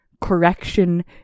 Correction